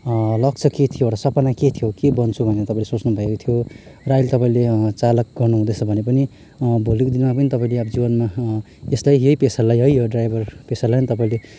लक्ष्य के थियो र सपना के थियो के बन्छु भनेर तपाईँले सोच्नु भएको थियो र अहिले तपाईँले चालक गर्नु हुँदैछ भने पनि भोलिको दिनमा पनि तपाईँले अब जिवनमा यस्तै यही पेसालाई है ड्राइभर पेसालाई नै तपाईँले